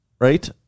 right